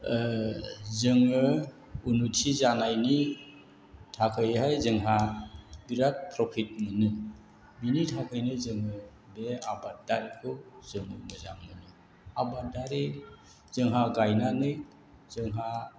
जोङो उन्न'ति जानायनि थाखायहाय जोंहा बिराद प्रफिट मोनो बेनि थाखायनो जोङो बे आबादखौ जों मोजां मोनो आबाद आरि जोंहा गायनानै जोंहा